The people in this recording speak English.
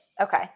Okay